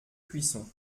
cuisson